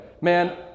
Man